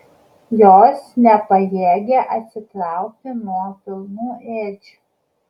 jos nepajėgė atsitraukti nuo pilnų ėdžių